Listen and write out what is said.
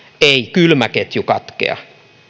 ei kylmäketju katkea